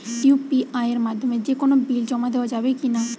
UPI এর মাধ্যমে যে কোনো বিল জমা দেওয়া যাবে কি না?